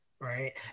Right